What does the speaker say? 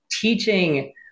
teaching